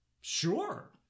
Sure